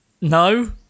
No